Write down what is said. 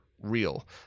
real